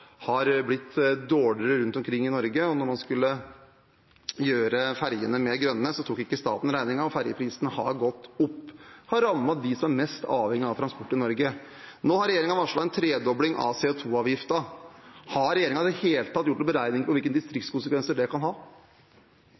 har blitt dårligere rundt omkring i Norge. Og når man skulle gjøre ferjene mer grønne, tok ikke staten regningen, ferjeprisene har gått opp og har rammet dem som er mest avhengig av transport i Norge. Nå har regjeringen varslet en tredobling av CO 2 -avgiften. Har regjeringen i det hele tatt gjort beregninger på hvilke distriktskonsekvenser det kan ha?